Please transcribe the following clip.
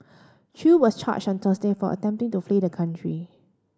Chew was charged on Thursday for attempting to flee the country